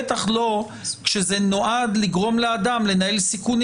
בטח לא כשזה נועד לגרום לאדם לנהל סיכונים